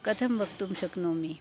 कथं वक्तुं शक्नोमि